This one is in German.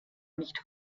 nicht